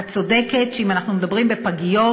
את צודקת שאם אנחנו מדברים על פגיות,